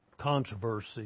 controversy